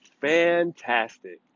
fantastic